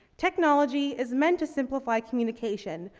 technology is meant to simplify communication,